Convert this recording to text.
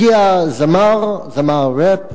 הגיע זמר, זמר ראפ ערבי,